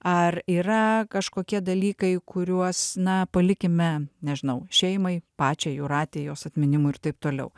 ar yra kažkokie dalykai kuriuos na palikime nežinau šeimai pačiai jūratei jos atminimui ir taip toliau